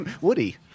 Woody